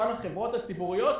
אותן החברות הציבוריות,